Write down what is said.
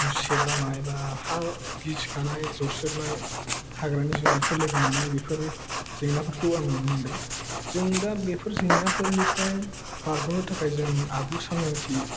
गुसेब लामा एबा हा गिसिखानाय जसेबनाय हाग्रानि जुनारफोर लोगो मोननाय बेफोर जेंनाफोरखौ आं नुनो मोनदों जों दा बेफोर जेंनाफोरनिफ्राय बारगनो थाखाय जों आगु सांग्रांथि